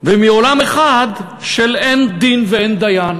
ומעולם אחד של אין דין ואין דיין.